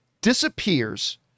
disappears